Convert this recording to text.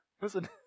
listen